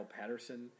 Patterson